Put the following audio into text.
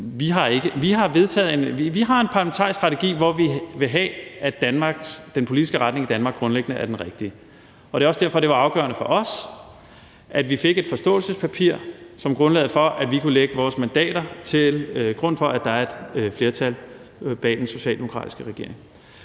Vi har en parlamentarisk strategi, hvor vi vil have, at den politiske retning i Danmark grundlæggende er den rigtige. Det er også derfor, det var afgørende for os, at vi fik et forståelsespapir som grundlaget for, at vi kunne lægge vores mandater til grund for, at der er et flertal bag den socialdemokratiske regering.